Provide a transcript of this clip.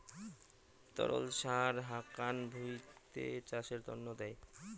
তরল সার হাকান ভুঁইতে চাষের তন্ন দেয়